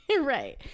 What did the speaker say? right